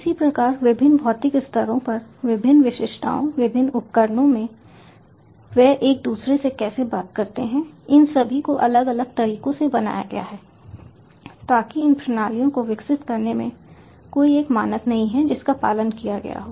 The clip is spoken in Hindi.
इसी प्रकार विभिन्न भौतिक स्तरों पर विभिन्न विशिष्टताओं विभिन्न उपकरणों में वे एक दूसरे से कैसे बात करते हैं इन सभी को अलग अलग तरीकों से बनाया गया है क्योंकि इन प्रणालियों को विकसित करने में कोई एक मानक नहीं है जिसका पालन किया गया हो